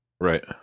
Right